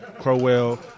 Crowell